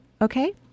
Okay